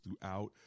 throughout